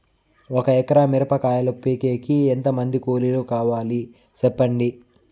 ఒక ఎకరా మిరప కాయలు పీకేకి ఎంత మంది కూలీలు కావాలి? సెప్పండి?